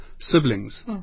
siblings